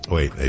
Wait